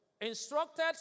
instructed